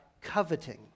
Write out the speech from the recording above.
coveting